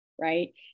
right